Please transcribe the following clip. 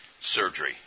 surgery